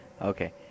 Okay